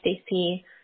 Stacey